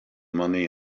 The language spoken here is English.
money